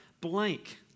blank